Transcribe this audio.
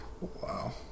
wow